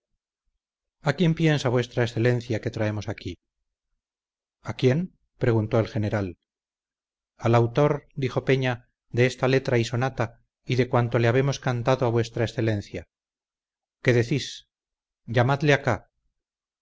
á quién piensa v e que traemos aquí á quién preguntó el general al autor dijo peña de esta letra y sonata y de cuanto le habemos cantado a v e qué decís llamadle acá